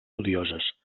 odioses